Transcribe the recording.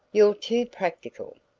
you're too practical.